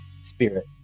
spirit